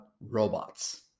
robots